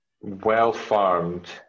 well-farmed